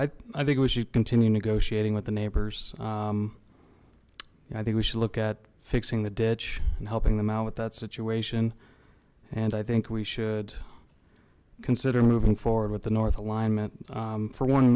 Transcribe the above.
i i think we should continue negotiating with the neighbors i think we should look at fixing the ditch and helping them out with that situation and i think we should consider moving forward with the north alignment for one